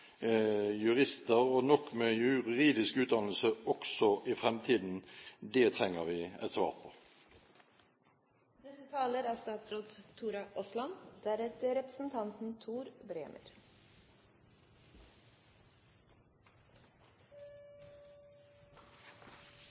jurister, nok juridisk utdannelse, også i framtiden? Det trenger vi et svar på. Jeg håper representanten